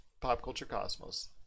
PopCultureCosmos